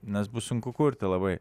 nes bus sunku kurti labai